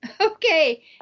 Okay